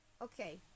Okay